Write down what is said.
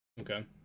Okay